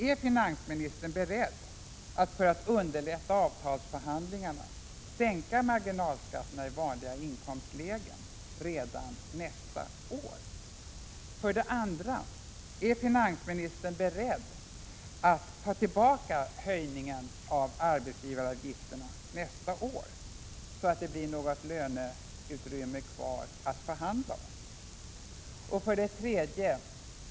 Är finansministern beredd att för att underlätta avtalsförhandlingarna sänka marginalskatten i vanliga inkomstlägen redan nästa år? Är finansministern beredd att ta tillbaka höjningen av arbetsgivaravgifterna nästa år så att det blir något löneutrymme kvar att förhandla om?